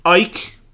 Ike